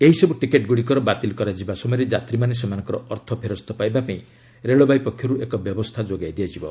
ଏହିସବୁ ଟିକେଟ୍ଗୁଡ଼ିକର ବାତିଲ କରାଯିବା ସମୟରେ ଯାତ୍ରୀମାନେ ସେମାନଙ୍କର ଅର୍ଥ ଫେରସ୍ତ ପାଇବା ପାଇଁ ରେଳବାଇ ପକ୍ଷରୁ ଏକ ବ୍ୟବସ୍ଥା ଯୋଗାଇ ଦିଆଯିବ